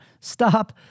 Stop